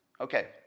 Okay